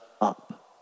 up